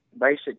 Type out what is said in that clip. basic